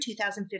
2015